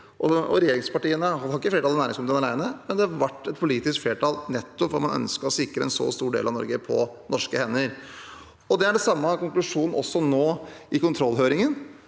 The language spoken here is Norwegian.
regjeringspartiene har ikke flertall i næringskomiteen alene. Likevel ble det et politisk flertall som nettopp ønsket å sikre en så stor del av Norge på norske hender. Det er den samme konklusjonen også nå i forbindelse